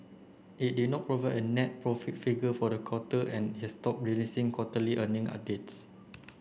it did not provide a net profit figure for the quarter and has stop releasing quarterly earning updates